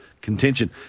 contention